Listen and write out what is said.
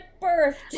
birthday